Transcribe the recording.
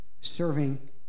serving